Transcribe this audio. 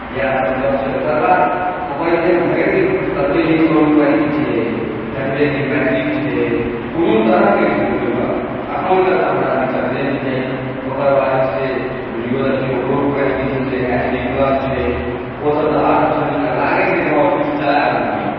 इएह सभ गप छै ओकर बाद ओकर जे छै ने भरि दिन ओकर ततबे नीक साउंड क्वालिटी छै ततबेक नीक बैटरीक छै कोनो तरहके जे छै ओहिमे अखन तक तऽ हमरा दिक़्क़त नहि बुझाइ यऽ ओकर बाद जे छै से वीडियो देखियो ओकरो क्वालिटी छै जे एच डी प्लस छै ओसभ तऽ आर सभसे नीक लागै छै हँ किछु चला रहलहुॅं यऽ